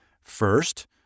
First